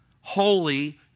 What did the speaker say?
holy